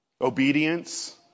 Obedience